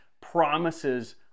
promises